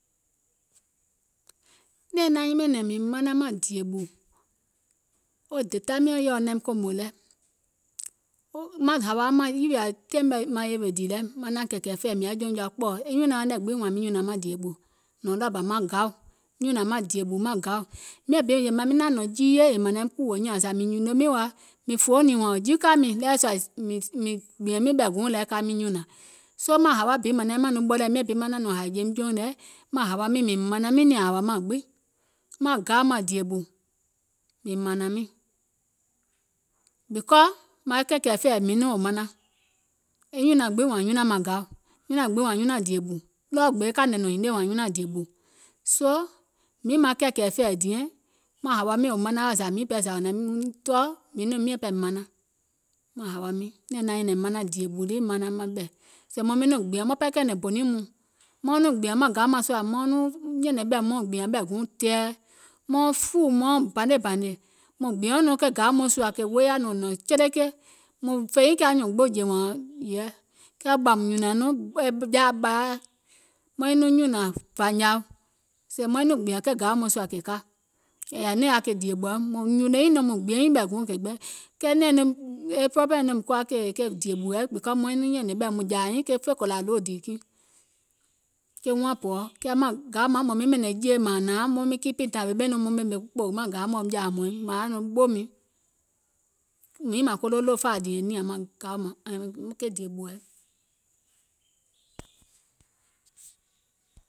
Nɛ̀ɛŋ naŋ nyɛ̀nɛ̀n mìŋ manaŋ maŋ dìè ɓù, wo dèda miɔ̀ŋ naim kòmò lɛ, maŋ hȧwauŋ mȧŋ yìwìȧ taìŋ nɛ maŋ yèwè dìì lɛ maŋ naȧŋ kɛ̀kɛ̀ fɛ̀ɛ̀ mìŋ yaȧ jɔùŋ jɔa kpɔɔ̀, nyùnauŋ nɛ̀ gbiŋ wȧȧŋ mìŋ nyùnȧŋ maŋ dìè ɓù, nɔ̀ɔŋ ɗɔɔ bȧ maŋ gaù, nyùnȧŋ maŋ dìè ɓù maŋ gaù, miȧŋ bi mìŋ naŋ miŋ naȧŋ nɔ̀ɔ̀ŋ jiiye yèè mȧŋ naim kùwò nyȧȧŋ zȧ mìŋ nyùnò mìŋ wa, mìŋ fòòuŋ mìŋ wȧȧŋ wò jikȧ mìŋ wèè ɗeweɛ̀ mìŋ gbìɛ̀ŋ mìŋ ɓɛ̀ guùŋ lɛ ka miŋ nyùnȧŋ, soo maŋ hȧwa bi naim naȧŋ nɔŋ ɓɔlɛ̀ɛ̀, miàŋ bi maŋ naȧŋ nɔŋ hȧì jeim jɔùŋ nɛ, maŋ hawa miiŋ mìŋ mȧnȧŋ miìŋ e nìȧŋ maŋ hȧwa gbiŋ, maŋ gaù maŋ dìè ɓù, mìŋ mȧnȧŋ miìŋ, because maŋ kɛ̀kɛ̀ fɛ̀ɛ̀ miŋ nɔŋ wò manaŋ, nyùnȧŋ gbiŋ wȧȧŋ nyunȧŋ maŋ gaù, nyùnȧŋ gbiŋ wȧȧŋ nyunȧŋ dìè ɓù, ɗɔɔ gbee kàìŋ nɛ nɔ̀ŋ hinie wȧȧŋ nyunȧŋ dìè ɓù, soo miŋ maŋ kɛ̀kɛ̀ fɛ̀ɛ̀ diɛŋ, maŋ hȧwa miiŋ zȧ wò manaŋ wa, zȧ miȧŋ pɛɛ zȧ wò naim miŋ tɔɔ̀, miàŋ pɛɛ miŋ nɔŋ mìŋ manaŋ, maŋ hȧwa miiŋ, nɛ̀ɛŋ naŋ nyɛ̀nɛ̀ŋ manaŋ dìè ɓù lii manaŋ maŋ ɓɛ̀, sèè maŋ miŋ nɔŋ gbìȧŋ, maŋ pɛɛ kɛ̀ɛ̀nɛ̀ŋ bonìŋ mɔɔ̀ŋ mauŋ nɔŋ gbiàŋ maŋ gaù maŋ sùȧ mauŋ nɔŋ nyɛ̀nɛ̀ŋ ɓɛ̀ mauŋ gbìȧŋ ɓɛ̀ guùŋ tɛ̀ɛ̀, mauŋ fuùù maʋŋ bane bȧnè, mùŋ gbìɛ̀uŋ nɔŋ ke gaù mɔɛ̀ŋ sùȧ kè wooyȧ nɔŋ nɔ̀ŋ cheleke, mùŋ fè nyiìŋ kiȧ nyùùŋ gbiŋ jè wȧȧŋ yɛɛ̀ɛ̀, kɛɛ ɓɔ̀ùm nyùnȧŋ nɔŋ jaȧ ɓaa, maiŋ nɔŋ nyùnȧŋ vanyaa maiŋ nɔŋ gbiȧŋ ke gaù mɔ̀ɛ̀ŋ sùȧ kè ka, yɛ̀ì nɔŋ yaȧ ke dìè ɓùɛ, mùŋ nyùnò nyiìŋ nɔŋ mùŋ gbìɛ̀ŋ nyiìŋ ɓɛ̀ guʋŋ kè ka, e problem nɔŋ mìŋ kuwa kèè dìè ɓùɛ maŋ nyiŋ nɔŋ nyɛ̀nɛ̀ŋ ɓɛ mùŋ jȧȧ nyiŋ ke fè kòlȧ ɗo dìì ke wuȧŋ pɔ̀ɔ, kɛɛ maŋ gaù maŋ mȧŋ miŋ ɓɛ̀nɛ̀ŋ jèe mȧȧŋ nȧaŋ maŋ miŋ kipì nȧwèè ɓɛìŋ nɔŋ maŋ ɓèmè e kpòò maŋ gaù mɔ̀ɛ̀ maiŋ jȧȧ hmɔ̀ɔ̀iŋ màŋ yaȧ nɔŋ ɓoù miŋ, miiŋ maŋ kolo ɗofȧ dìì e niȧŋ ke dìè ɓùɛ.